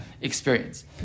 experience